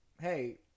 hey